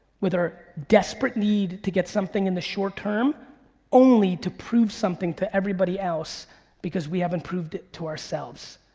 with our desperate need to get something in the short term only to prove something to everybody else because we haven't proved it to ourselves.